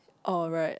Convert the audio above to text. oh right